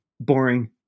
boring